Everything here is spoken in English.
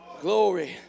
Glory